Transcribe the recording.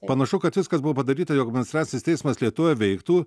panašu kad viskas buvo padaryta jog administracinis teismas lietuvoje veiktų